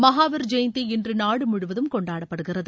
மகாவீர் ஜெயந்தி இன்று நாடு முழுவதும் கொண்டாடப்படுகிறது